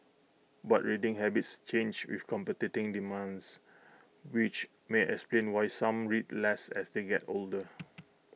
but reading habits change with competing demands which may explain why some read less as they get older